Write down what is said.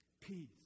Peace